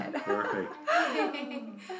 Perfect